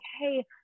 hey